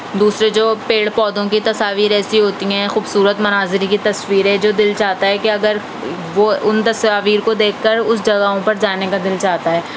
دوسرے جو پیڑ پودوں کی تصاویر ایسی ہوتی ہیں خوبصورت مناظر کی تصویریں جو دِل چاہتا ہے کہ اگر وہ اُن تصاویر کو دیکھ کر اُس جگہوں پر جانے کا دِل چاہتا ہے